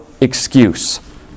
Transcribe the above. excuse